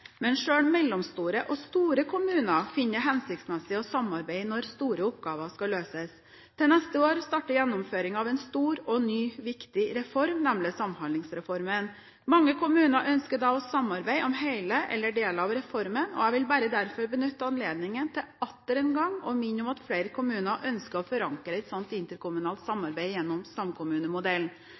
men selv mellomstore og store kommuner finner det hensiktsmessig å samarbeide når store oppgaver skal løses. Til neste år starter gjennomføringen av en stor og ny, viktig reform, nemlig Samhandlingsreformen. Mange kommuner ønsker da å samarbeide om hele eller deler av reformen, og jeg vil derfor bare benytte anledningen til atter en gang å minne om at flere kommuner ønsker å forankre et slikt interkommunalt samarbeid gjennom samkommunemodellen.